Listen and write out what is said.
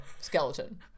skeleton